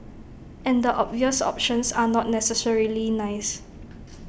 and the obvious options are not necessarily nice